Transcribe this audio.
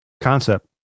concept